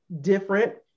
different